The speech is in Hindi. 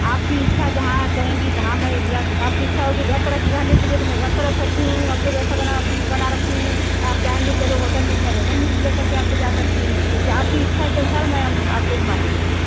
आपकी इच्छा जहाँ कहेंगी तहाँ मैं या आपकी इच्छा होगी घर पर रख रहने के लिए तो मैं घर पर रख सकती हूँ आपकी व्यवस्था बना बना रखती हूँ आप चाहेंगी चलो होटल में तो मैं होटल में भी लेकर के आपको जा सकती हूँ या आपकी इच्छा के अनुसार मैं आपको घुमा सकती हूँ